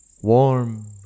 warm